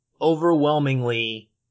overwhelmingly